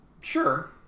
Sure